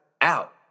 out